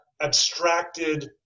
abstracted